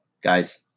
Guys